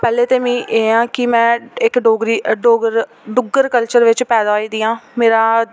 पैह्लें ते मीं इ'यां कि में आंं इक डोगरी डोगर डुग्गर कल्चर बिच पैदा होई दियां मेरा